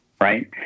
right